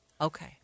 Okay